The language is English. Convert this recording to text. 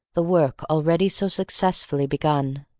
the work already so successfully begun.